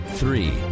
Three